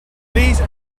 please